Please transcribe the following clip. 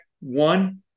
one